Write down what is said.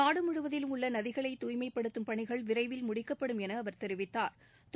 நாடு முழுவதிலும் உள்ள நதிகளை தூய்மைப்படுத்தம் பணிகள் விரைவில் முடிக்கப்படும் என அவர் தெரிவித்தாா்